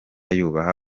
yubaha